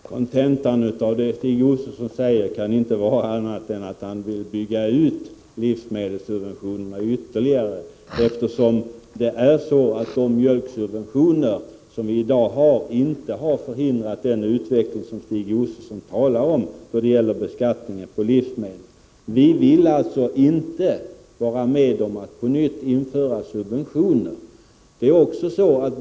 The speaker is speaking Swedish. Herr talman! Kontentan av det Stig Josefson säger kan inte vara annat än att han vill bygga ut livsmedelssubventionerna ytterligare, eftersom de mjölksubventioner som i dag finns inte har förhindrat den utveckling som Stig Josefson talade om då det gäller beskattningen av livsmedel. Vi vill inte vara med om att på nytt införa subventioner.